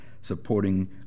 supporting